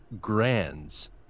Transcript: Grands